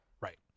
right